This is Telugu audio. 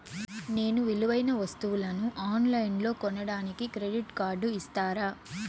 నేను విలువైన వస్తువులను ఆన్ లైన్లో కొనడానికి క్రెడిట్ కార్డు ఇస్తారా?